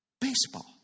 Baseball